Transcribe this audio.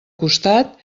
costat